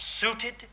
suited